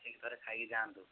ଆସିକି ଥରେ ଖାଇକି ଯାଆନ୍ତୁ